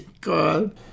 God